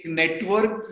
network